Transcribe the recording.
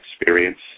experience